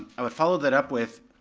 i would follow that up with,